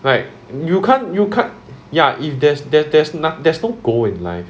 like you can't you can't ya if there's that there's not~ there's no goal in life